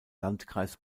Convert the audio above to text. landkreis